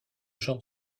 genre